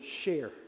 share